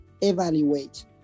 evaluate